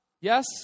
Yes